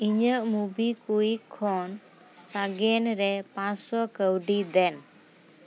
ᱤᱧᱟᱹᱜ ᱢᱚᱵᱤᱠᱩᱭᱤᱠ ᱠᱷᱚᱱ ᱥᱟᱜᱮᱱ ᱨᱮ ᱯᱟᱸᱥᱥᱚ ᱠᱟᱹᱣᱰᱤ ᱫᱮᱱ